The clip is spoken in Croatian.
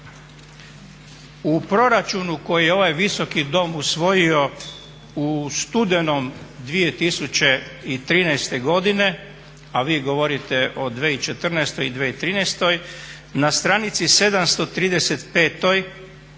u proračunu koji je ovaj visoki dom usvoji u studenog 2013. godine, a vi govorite o 2014. i 2013., na stranici 735 stoji: